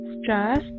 stress